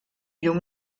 llum